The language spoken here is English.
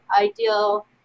ideal